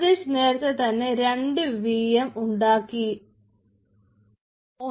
രാജേഷ് നേരത്തെ തന്നെ 2 VM ഉണ്ടാക്കിയിട്ട് ഉണ്ടായിരുന്നു